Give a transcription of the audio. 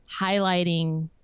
highlighting